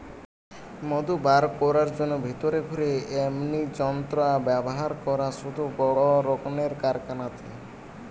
মধু বার কোরার জন্যে ভিতরে ঘুরে এমনি যন্ত্র ব্যাভার করা হয় শুধু বড় রক্মের কারখানাতে